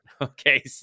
Okay